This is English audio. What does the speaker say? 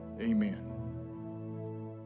amen